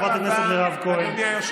חברת הכנסת מירב כהן, אני פונה אלייך.